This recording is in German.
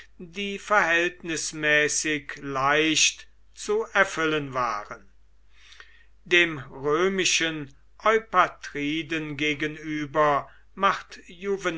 die verhältnismäßig leicht zu erfüllen waren dem römischen eupatriden gegenüber macht